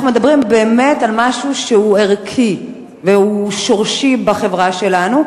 אנחנו מדברים באמת על משהו שהוא ערכי והוא שורשי בחברה שלנו,